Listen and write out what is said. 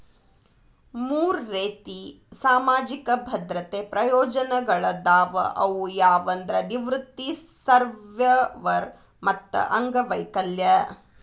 ಮೂರ್ ರೇತಿ ಸಾಮಾಜಿಕ ಭದ್ರತೆ ಪ್ರಯೋಜನಗಳಾದವ ಅವು ಯಾವಂದ್ರ ನಿವೃತ್ತಿ ಸರ್ವ್ಯವರ್ ಮತ್ತ ಅಂಗವೈಕಲ್ಯ